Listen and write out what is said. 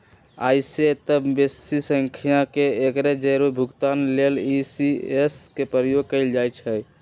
अइसेए तऽ बेशी संख्या में एके जौरे भुगतान लेल इ.सी.एस के प्रयोग कएल जाइ छइ